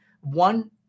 one